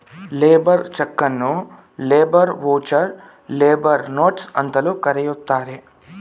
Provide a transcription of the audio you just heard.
labour ಚಕನ್ನು labour voucher, labour notes ಅಂತಲೂ ಕರೆಯುತ್ತಾರೆ